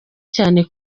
cyane